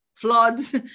floods